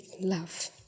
love